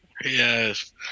Yes